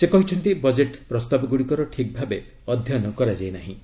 ସେ କହିଛନ୍ତି ବଜେଟ ପ୍ରସ୍ତାବଗୁଡ଼ିକର ଠିକ୍ ଭାବେ ଅଧ୍ୟୟନ କରାଯାଇ ନାହିଁ